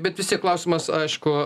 bet vis tiek klausimas aišku